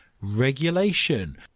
regulation